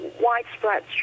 widespread